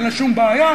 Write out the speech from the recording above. אין לה שום בעיה.